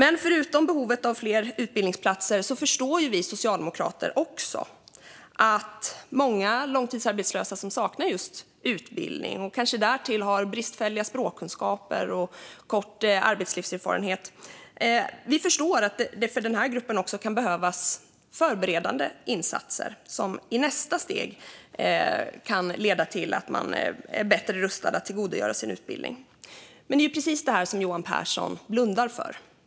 Förutom att det behövs fler utbildningsplatser förstår vi socialdemokrater att många långtidsarbetslösa som saknar utbildning och kanske därtill har bristfälliga språkkunskaper och kort arbetslivserfarenhet kan behöva förberedande insatser för att i nästa steg vara bättre rustade att tillgodogöra sig en utbildning. Men det är precis det som Johan Pehrson blundar för.